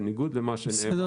בניגוד למה שנאמר כאן.